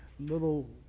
Little